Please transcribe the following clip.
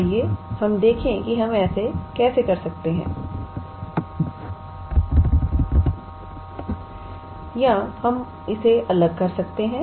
तो आइए हम देखें कि हम ऐसा कैसे कर सकते हैं या हम इसे अलग कर सकते हैं